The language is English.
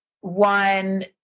one